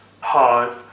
hard